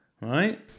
right